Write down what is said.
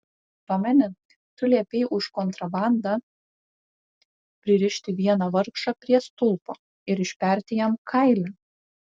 pameni tu liepei už kontrabandą pririšti vieną vargšą prie stulpo ir išperti jam kailį